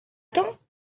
temps